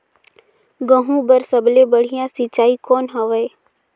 गहूं बर सबले बढ़िया सिंचाई कौन हवय?